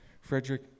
Frederick